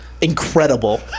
incredible